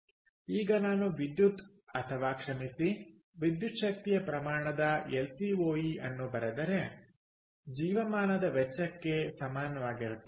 ಈಗ ನಾನು ವಿದ್ಯುತ್ ಅಥವಾ ಕ್ಷಮಿಸಿ ವಿದ್ಯುತ್ ಶಕ್ತಿಯ ಪ್ರಮಾಣದ ಎಲ್ಸಿಒಇ ಅನ್ನು ಬರೆದರೆ ಜೀವಮಾನದ ವೆಚ್ಚಕ್ಕೆ ಸಮಾನವಾಗಿರುತ್ತದೆ